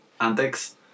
antics